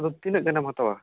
ᱟᱫᱚ ᱛᱤᱱᱟᱹᱜ ᱜᱟᱱᱮᱢ ᱦᱟᱛᱟᱣᱟ